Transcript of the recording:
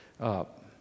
up